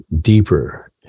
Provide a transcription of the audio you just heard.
deeper